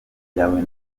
byawe